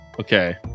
Okay